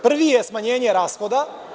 Prvi je smanjenje rashoda.